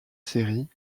série